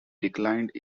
declined